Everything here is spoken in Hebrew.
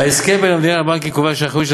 ההסכם בין המדינה לבנקים קובע שהאחריות של